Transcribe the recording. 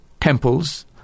temples